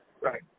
Right